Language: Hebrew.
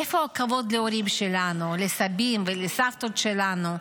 איפה הכבוד להורים שלנו, לסבים ולסבתות שלנו?